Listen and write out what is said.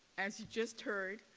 as you just heard,